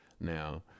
Now